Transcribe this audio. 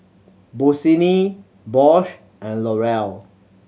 Bossini Bose and L'Oreal